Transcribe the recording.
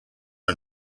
are